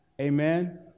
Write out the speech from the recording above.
amen